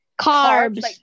Carbs